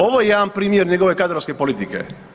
Ovo je jedan primjer njegove kadrovske politike.